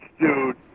dude